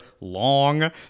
long